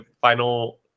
final